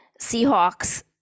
Seahawks